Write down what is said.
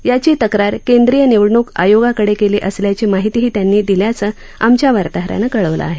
याची तक्रार केंद्रीय निवडणूक आयोगाकडे केली असल्याची माहितीही त्यांनी दिल्याचं आमच्या वार्ताहरानं कळवलं आहे